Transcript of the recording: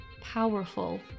powerful